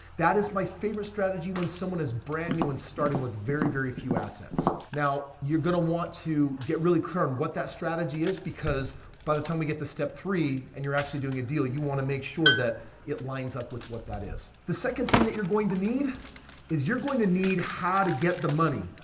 that is my favorite strategy when someone is brand-new and starting with very, very few assets. now, you're going to want to get really clear on and what that strategy is because by the time we get to step three and you're actually doing a deal, you want to make sure that it lines up with what that is. the second thing that you're going to need is you're going to need how to get the money.